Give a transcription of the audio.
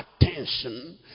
attention